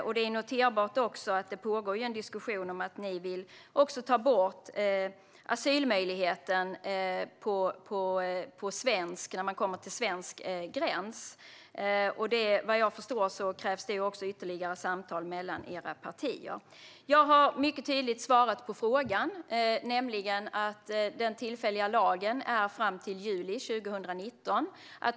Jag noterar också att det pågår en diskussion om att ni också vill ta bort asylmöjligheten vid svensk gräns. Vad jag förstår krävs det ytterligare samtal mellan era partier. Jag har mycket tydligt svarat på frågan, nämligen att den tillfälliga lagen gäller fram till juli 2019.